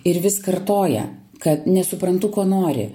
ir vis kartoja kad nesuprantu ko nori